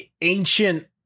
ancient